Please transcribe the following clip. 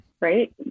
right